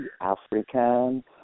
African